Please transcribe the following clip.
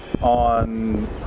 on